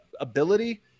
ability